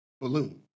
balloon